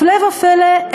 הפלא ופלא,